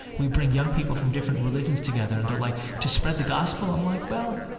we bring young people from different religions together and they're like, to spread the gospel? i'm like, well,